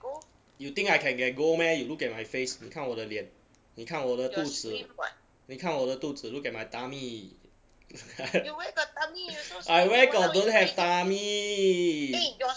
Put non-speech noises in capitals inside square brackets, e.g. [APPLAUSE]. you think I can get gold meh you look at my face 你看我的脸你看我的肚子你看我的肚子 look at my tummy [LAUGHS] I where got don't have tummy